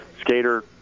skater